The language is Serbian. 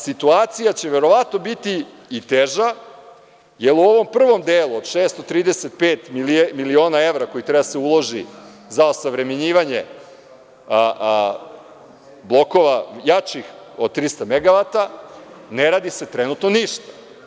Situacija će verovatno biti i teža, jer u ovom prvom delu od 635 miliona evra koji treba da se uloži za osavremenjivanje blokova jačih od 300 megavata, ne radi se trenutno ništa.